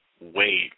wait